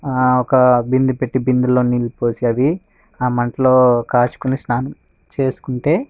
ఒక బిందె పెట్టి బిందెలో నీళ్ళు పోసి అవి ఆ మంటలో కాచుకుని స్నానం చేసుకుంటే